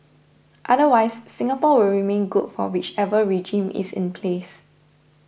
otherwise Singapore will remain good for whichever regime is in place